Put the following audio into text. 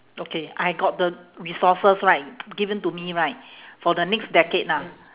okay I got the resources right given to me right for the next decade ah